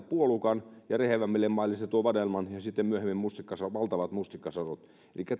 puolukan ja rehevämmille maille vadelman ja sitten myöhemmin valtavat mustikkasadot